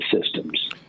systems